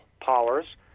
powers